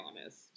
honest